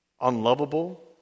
unlovable